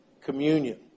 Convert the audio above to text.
communion